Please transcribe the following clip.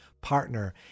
partner